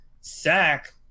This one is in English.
sack